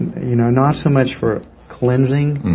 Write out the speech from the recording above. you know not so much for cleansing.